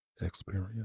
experience